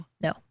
No